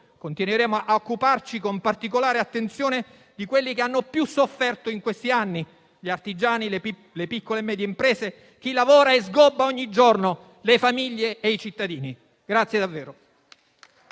Continueremo a occuparci con particolare attenzione di quelli che hanno più sofferto in questi anni: gli artigiani, le piccole e medie imprese, chi lavora e sgobba ogni giorno, le famiglie e i cittadini.